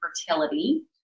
fertility